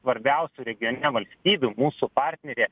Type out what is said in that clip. svarbiausių regione valstybių mūsų partnerė